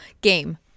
game